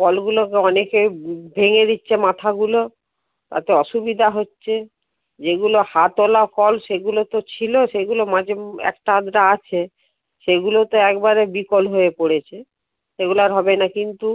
কলগুলো অনেকে ভেঙে দিচ্ছে মাথাগুলো তাতে অসুবিধা হচ্ছে যেগুলো হাতওলা কল সেগুলো তো ছিল সেগুলো মাঝে একটা আধটা আছে সেগুলো তো একবারে বিকল হয়ে পড়েছে সেগুলো আর হবে না কিন্তু